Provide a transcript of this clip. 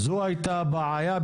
זאת הייתה הבעיה?